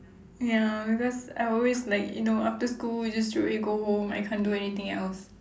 ya because I always like you know after school you just straight away go home I can't do anything else